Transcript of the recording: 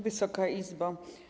Wysoka Izbo!